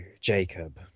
jacob